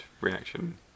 reaction